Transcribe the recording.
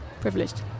privileged